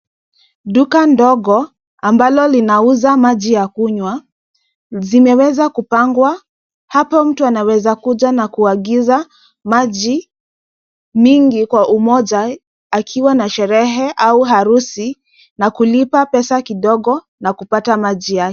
Duka ndogo ambalo linauza maji ya kunywa zimeweza kupangwa. Hapa mtu anaweza kuja na kuagiza maji mingi kwa umoja akiwa na sherehe au harusi na kulipa pesa kidogo na kupata maji yake.